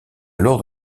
alors